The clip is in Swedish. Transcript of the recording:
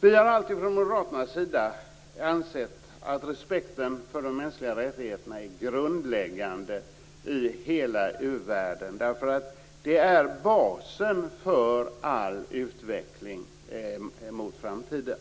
Vi har alltid från Moderaternas sida ansett att respekten för de mänskliga rättigheterna är grundläggande i hela u-världen. Det är basen för all utveckling mot framtiden.